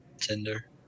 Tinder